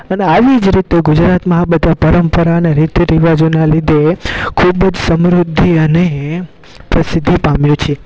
અને આવી જ રીતે ગુજરાતમાં આ બધા પરંપરાને રીતિરિવાજોના લીધે ખૂબ જ સમૃદ્ધિ અને પ્રસિદ્ધિ પામ્યો છે